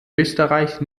österreich